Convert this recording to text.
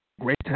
great